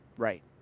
Right